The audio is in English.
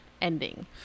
ending